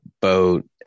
boat